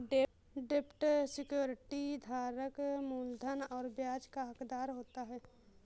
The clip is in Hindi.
डेब्ट सिक्योरिटी धारक मूलधन और ब्याज का हक़दार होता है